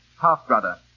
Half-brother